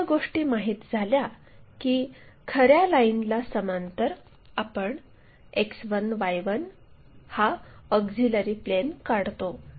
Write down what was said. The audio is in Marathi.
एकदा या गोष्टी माहित झाल्या की खऱ्या लाईनला समांतर आपण X1 Y1 हा ऑक्झिलिअरी प्लेन काढतो